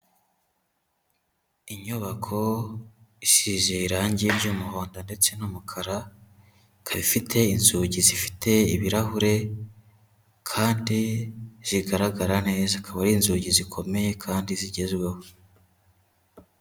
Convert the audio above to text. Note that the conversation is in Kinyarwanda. Inyubako isize irange ry'umuhondo ndetse n'umukara, ikaba ifite inzugi zifite ibirahure kandi zigaragara neza. Akaba ari inzugi zikomeye kandi zigezweho.